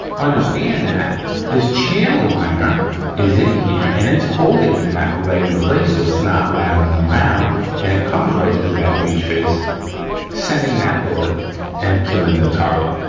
understand that this channel liner is in here and it's holding that right in place so it's not rattling around and it comes right through that breach face sending that bullet and killing the target,